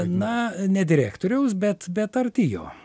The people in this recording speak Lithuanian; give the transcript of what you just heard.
na ne direktoriaus bet bet arti jo